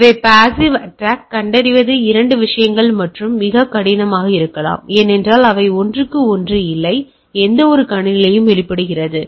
எனவே இந்த வகை பாசிவ் அட்டாக்களைக் கண்டறிவது 2 விஷயங்கள் மிகவும் கடினமாக இருக்கலாம் ஏனென்றால் அவை ஒன்றுக்கு ஒன்று இல்லை எனவே எந்தவொரு கணினியிலும் வெளிப்படுகிறது